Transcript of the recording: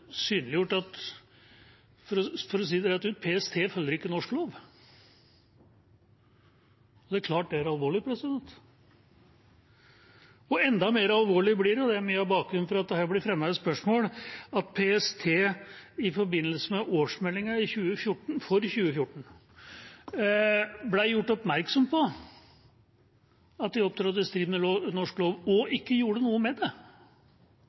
synliggjort at – for å si det rett ut – PST ikke følger norsk lov. Det er klart det er alvorlig. Enda mer alvorlig blir det – og det er mye av bakgrunnen for at det her blir fremmet et forslag – ved at PST i forbindelse med årsmeldingen for 2014 ble gjort oppmerksom på at de opptrådte i strid med norsk lov, og så ikke gjorde noe med det.